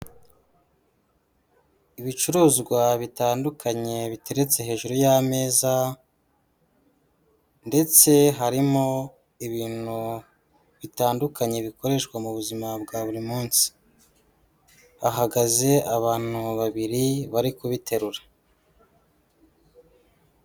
Ibicuruzwa bitandukanye biteretse hejuru y'ameza, ndetse harimo ibintu bitandukanye bikoreshwa mu buzima bwa buri munsi, hahagaze abantu babiri bari kubiterura.